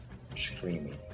Screaming